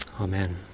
Amen